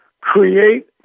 create